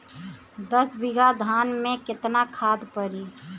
दस बिघा धान मे केतना खाद परी?